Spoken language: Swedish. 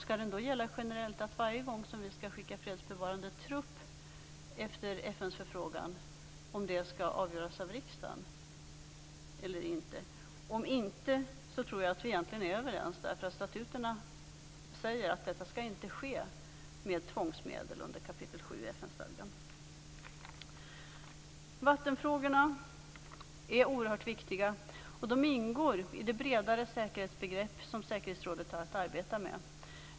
Skall den då gälla generellt, att varje gång som vi skall skicka fredsbevarande trupp efter FN:s förfrågan skall det avgöras av riksdagen? Om inte tror jag att vi egentligen är överens, därför att statuterna säger, under kap. 7 i FN-stadgan, att detta inte skall ske med tvångsmedel. Vattenfrågorna är oerhört viktiga. De ingår i det bredare säkerhetsbegrepp som säkerhetsrådet har att arbeta med.